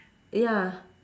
ya